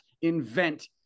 invent